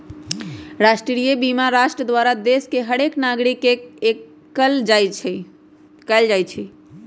राष्ट्रीय बीमा राष्ट्र द्वारा देश के हरेक नागरिक के कएल जाइ छइ